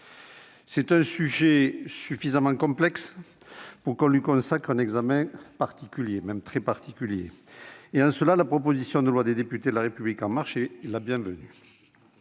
C'est un sujet suffisamment complexe pour qu'on lui consacre un examen tout à fait particulier. En cela, la proposition de loi des députés La République En Marche est bienvenue.